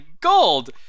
gold